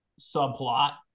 subplot